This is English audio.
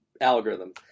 algorithm